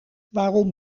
waarom